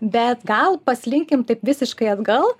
bet gal paslinkim taip visiškai atgal